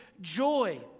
joy